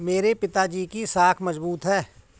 मेरे पिताजी की साख मजबूत है